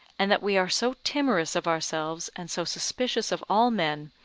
and that we are so timorous of ourselves, and so suspicious of all men,